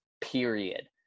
period